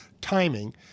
timing